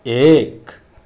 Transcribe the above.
एक